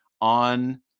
on